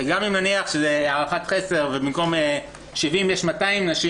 גם אם נניח שזו הערכת חסר ובמקום 70 יש 200 נשים,